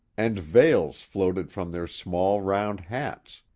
and veils floated from their small round hats,